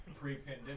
Pre-pandemic